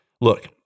Look